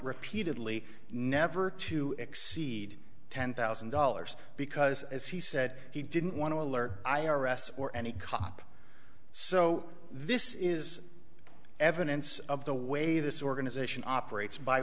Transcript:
repeatedly never to exceed ten thousand dollars because as he said he didn't want to alert i r s or any cop so this is evidence of the way this organization operates by